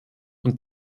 und